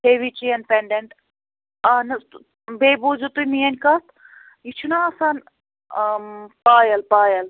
heavy chain pendant اہن حظ تہٕ بیٚیہِ بوٗزیٛو تُہۍ میٛٲنۍ کَتھ یہِ چھُ نا آسان پایَل پایَل